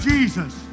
Jesus